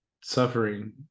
suffering